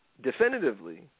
definitively